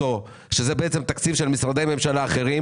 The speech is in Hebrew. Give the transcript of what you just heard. שהוא בעצם תקציב של משרדי ממשלה אחרים,